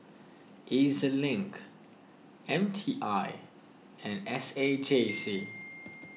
E Z Link M T I and S A J C